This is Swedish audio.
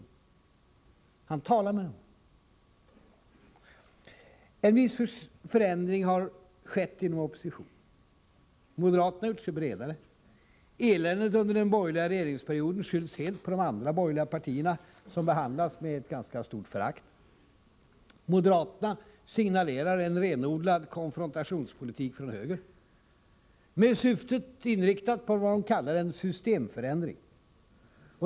Har han talat med dem? En viss förändring har skett inom oppositionen. Moderaterna har gjort sig bredare. Eländet under den borgerliga regeringsperioden skylls helt på de andra borgerliga partierna, som behandlas med ett ganska stort förakt. Moderaterna signalerar en renodlad konfrontationspolitik från höger, med siktet inställt på en ”systemförändring”.